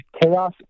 chaos